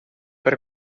per